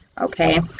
okay